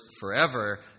forever